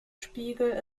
spiegel